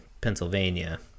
Pennsylvania